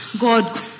God